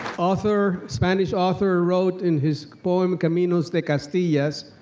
author, spanish author wrote in his poem, camino de castillas,